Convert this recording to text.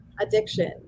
addiction